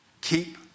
keep